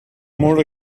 more